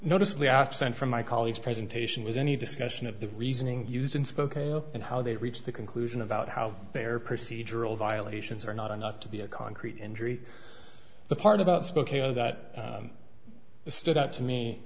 noticeably absent from my colleagues presentation is any discussion of the reasoning used in spoken and how they reach the conclusion about how they are procedural violations or not enough to be a concrete injury the part about spokeo that stood out to me